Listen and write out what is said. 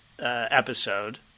episode